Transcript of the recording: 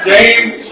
James